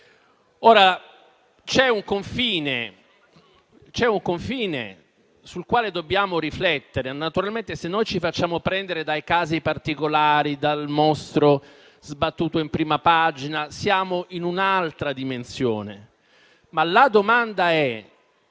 C'è un confine sul quale dobbiamo riflettere. Naturalmente, se ci facciamo prendere dai casi particolari o dal mostro sbattuto in prima pagina, siamo in un'altra dimensione, ma la domanda è: